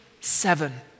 Seven